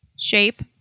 shape